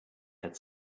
had